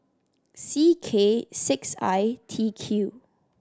C K six I T Q